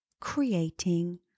creating